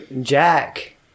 Jack